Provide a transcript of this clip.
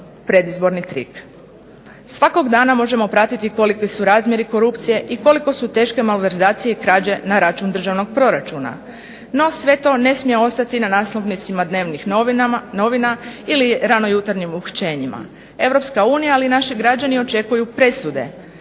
predizborni trik. Svakog dana možemo pratiti koliki su razmjeri korupcije i koliko su teške malverzacije i krađe na račun državnog proračuna. No sve to ne smije ostati na naslovnicama dnevnih novina ili ranojutarnjim uhićenjima. Europska unija, ali i naši građani očekuju presude